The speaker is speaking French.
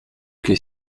que